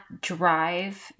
drive